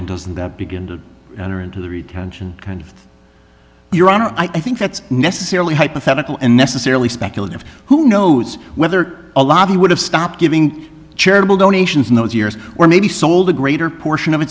and doesn't that begin to enter into the retention kind of your honor i think that's necessarily hypothetical and necessarily speculative who knows whether a lobby would have stopped giving charitable donations in those years or maybe sold a greater portion of